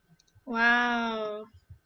!wow!